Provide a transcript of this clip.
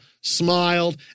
smiled